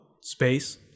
space